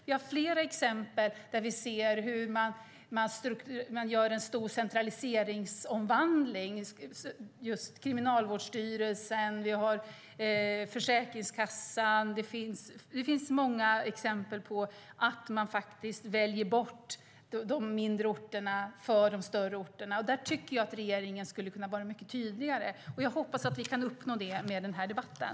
Vi har flera exempel där vi ser hur det görs en stor centraliseringsomvandling - det gäller till exempel Kriminalvårdsstyrelsen och Försäkringskassan - och där de mindre orterna väljs bort till förmån för de större. Där tycker jag att regeringen skulle kunna vara mycket tydligare, och jag hoppas att vi kan uppnå det med den här debatten.